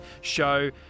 show